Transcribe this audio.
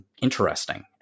interesting